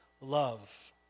love